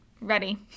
Ready